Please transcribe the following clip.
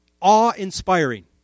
awe-inspiring